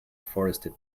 forested